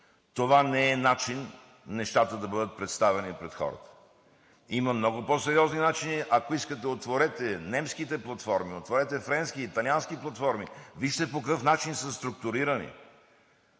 Това не е начин нещата да бъдат представени пред хората. Има много по-сериозни начини – ако искате, отворете немските платформи, отворете френски, италиански платформи, вижте по какъв начин са структурирани.